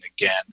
again